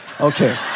Okay